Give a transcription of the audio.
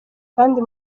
kandi